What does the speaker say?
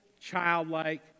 childlike